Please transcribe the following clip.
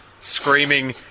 screaming